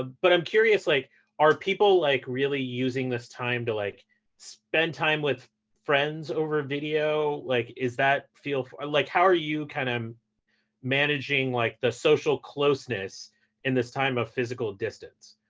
ah but i'm curious, like are people like really using this time to like spend time with friends over video? like, is that feel like, how are you kind of managing like the social closeness in this time of physical distance?